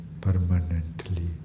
permanently